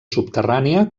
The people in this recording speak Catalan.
subterrània